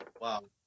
Wow